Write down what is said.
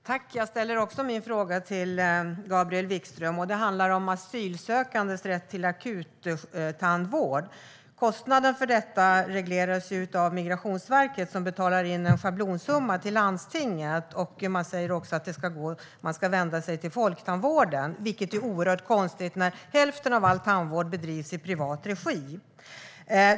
Herr talman! Jag ställer också min fråga till Gabriel Wikström, och den handlar om asylsökandes rätt till akuttandvård. Kostnaden för detta regleras av Migrationsverket som betalar in en schablonsumma till landstinget. Det sägs också att man ska vända sig till Folktandvården, vilket är oerhört konstigt när hälften av all tandvård bedrivs i privat regi.